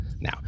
Now